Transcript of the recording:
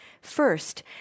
First